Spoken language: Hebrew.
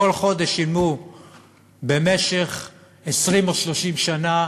כל חודש שילמו במשך 20 או 30 שנה